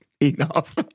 Enough